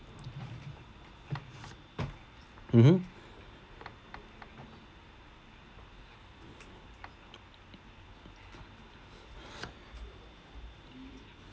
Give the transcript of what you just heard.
mmhmm